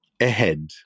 ahead